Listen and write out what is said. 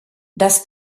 das